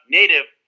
native